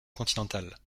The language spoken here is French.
continentale